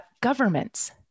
Governments